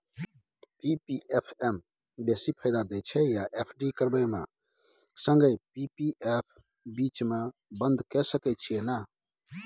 P P F म बेसी फायदा छै या एफ.डी करबै म संगे पी.पी एफ बीच म बन्द के सके छियै न?